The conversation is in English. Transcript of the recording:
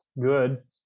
good